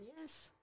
yes